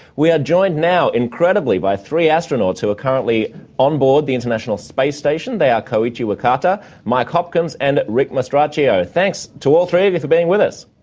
we are joined now incredibly by three astronauts who are currently on board the international space station. they are koichi wakata, mike hopkins and rick mastracchio. thanks to all three of you for being with us.